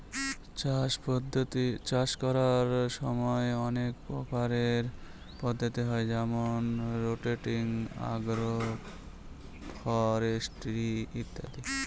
চাষ করার সময় অনেক প্রকারের পদ্ধতি হয় যেমন রোটেটিং, আগ্র ফরেস্ট্রি ইত্যাদি